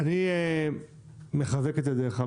אני מחזק את ידיך,